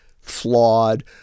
flawed